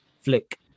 flick